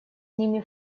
ними